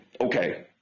okay